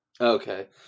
Okay